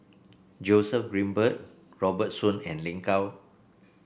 Joseph Grimberg Robert Soon and Lin Gao